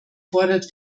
fordert